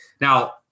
Now